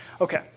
Okay